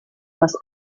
must